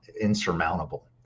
insurmountable